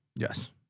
Yes